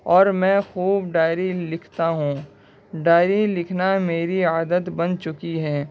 اور میں خوب ڈائری لکھتا ہوں ڈائری لکھنا میری عادت بن چکی ہے